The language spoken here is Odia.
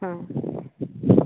ହଁ